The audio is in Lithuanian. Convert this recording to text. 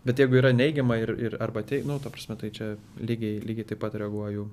bet jeigu yra neigiama ir ir arba tei nu ta prasme tai čia lygiai lygiai taip pat reaguoju